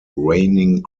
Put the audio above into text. reigning